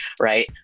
right